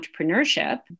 entrepreneurship